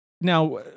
now